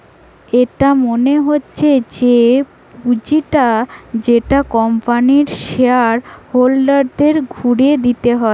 এটা মনে হচ্ছে সেই পুঁজিটা যেটা কোম্পানির শেয়ার হোল্ডারদের ঘুরে দিতে হয়